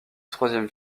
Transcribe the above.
troisième